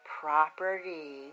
Property